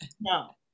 No